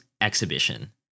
exhibition